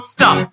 Stop